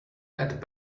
add